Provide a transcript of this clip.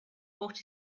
bought